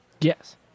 Yes